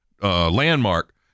landmark